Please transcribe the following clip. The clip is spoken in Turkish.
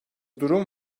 durum